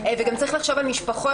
צריך גם לחשוב על משפחות